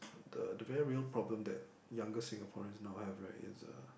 the the very real problem that younger Singaporeans now have right is the